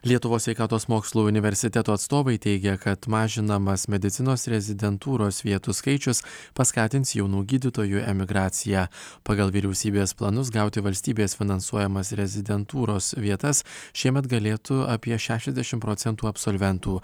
lietuvos sveikatos mokslų universiteto atstovai teigia kad mažinamas medicinos rezidentūros vietų skaičius paskatins jaunų gydytojų emigraciją pagal vyriausybės planus gauti valstybės finansuojamas rezidentūros vietas šiemet galėtų apie šešiasdešim procentų absolventų